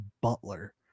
butler